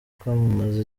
kwamamaza